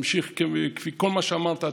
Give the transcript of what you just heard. כפי כל מה שאמרת,